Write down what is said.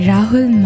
Rahul